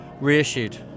Reissued